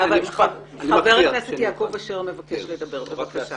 גברתי